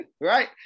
right